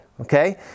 okay